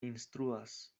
instruas